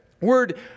word